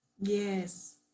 yes